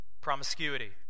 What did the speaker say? promiscuity